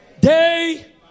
day